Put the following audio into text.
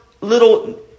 little